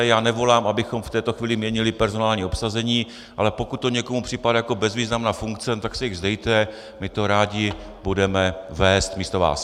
Já nevolám, abychom v této chvíli měnili personální obsazení, ale pokud to někomu připadá jako bezvýznamná funkce, tak se jich vzdejte, my to rádi budeme vést místo vás.